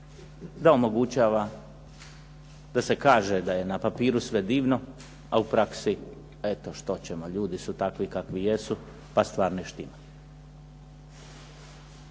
da omogućava da kaže da je na papiru sve divno, a u praksi, eto što ćemo, ljudi su takvi kakvi jesu, pa stvar ne štima.